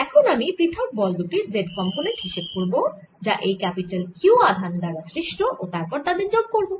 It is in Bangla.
তাই এখন আমি পৃথক বল দুটির z কম্পোনেন্ট হিসেব করব যা এই ক্যাপিটাল Q আধান দ্বারা সৃষ্ট ও তারপর তাদের যোগ করব